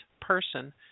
person